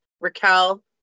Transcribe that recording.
Raquel